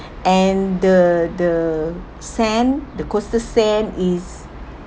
and the the sand the coastal sand is